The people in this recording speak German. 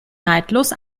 neidlos